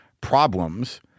problems